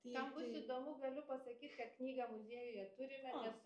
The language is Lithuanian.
kam bus įdomu galiu pasakyt kad knygą muziejuje turime nes